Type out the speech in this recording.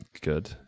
Good